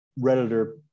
Redditor